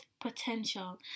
potential